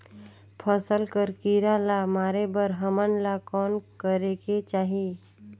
फसल कर कीरा ला मारे बर हमन ला कौन करेके चाही?